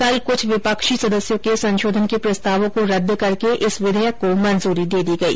कल कुछ विपक्षी सदस्यों के संशोधन के प्रस्तावों को रद्द करके इस विधेयक को मंजूरी दे दी गई